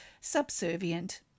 subservient